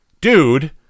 dude